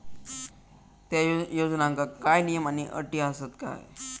त्या योजनांका काय नियम आणि अटी आसत काय?